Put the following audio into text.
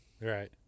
Right